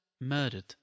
murdered